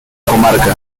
comarca